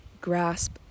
grasp